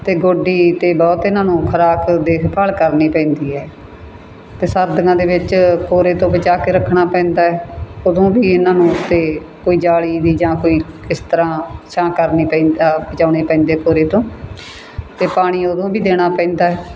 ਅਤੇ ਗੋਡੀ ਅਤੇ ਬਹੁਤ ਇਹਨਾਂ ਨੂੰ ਖੁਰਾਕ ਦੇਖਭਾਲ ਕਰਨੀ ਪੈਂਦੀ ਹੈ ਅਤੇ ਸਰਦੀਆਂ ਦੇ ਵਿੱਚ ਕੋਹਰੇ ਤੋਂ ਬਚਾ ਕੇ ਰੱਖਣਾ ਪੈਂਦਾ ਉਦੋਂ ਵੀ ਇਹਨਾਂ ਨੂੰ ਅਤੇ ਕੋਈ ਜਾਲੀ ਦੀ ਜਾਂ ਕੋਈ ਕਿਸ ਤਰ੍ਹਾਂ ਛਾਂ ਕਰਨੀ ਪੈਂ ਅ ਬਚਾਉਣੇ ਪੈਂਦੇ ਕੋਹਰੇ ਤੋਂ ਅਤੇ ਪਾਣੀ ਉਦੋਂ ਵੀ ਦੇਣਾ ਪੈਂਦਾ